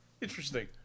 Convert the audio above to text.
interesting